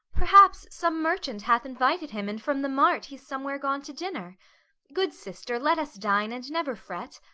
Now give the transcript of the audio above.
perhaps some merchant hath invited him, and from the mart he's somewhere gone to dinner good sister, let us dine, and never fret.